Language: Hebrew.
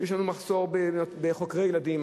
יש לנו מחסור בחוקרי ילדים.